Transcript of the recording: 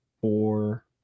four